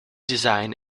design